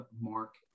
Mark